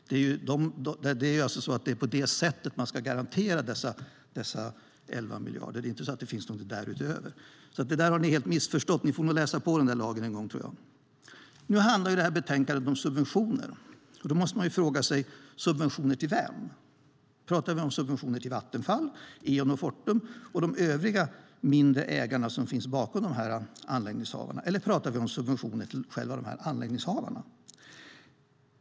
Det är bara på det sättet dessa 11 miljarder ska garanteras. Det finns inte något därutöver. Det där har ni missförstått. Ni får nog läsa på lagen. Nu handlar det här betänkandet om subventioner. Subventioner till vem? Pratar vi om subventioner till Vattenfall, Eon och Fortum och de övriga mindre ägarna som finns bakom anläggningshavarna? Eller pratar vi om subventioner till anläggningshavarna?